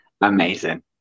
amazing